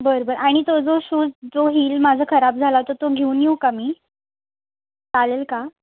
बरं बरं आणि तो जो शूज जो हिल माझा खराब झाला तर तो घेऊन येऊ का मी चालेल का